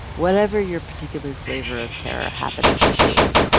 whatever your particular flavor of terror happens to be.